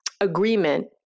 agreement